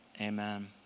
amen